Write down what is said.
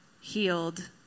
healed